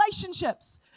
relationships